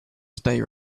stay